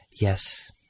Yes